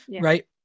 right